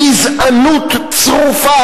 גזענות צרופה,